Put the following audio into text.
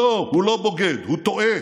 לא, הוא לא בוגד, הוא טועה.